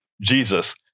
jesus